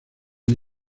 una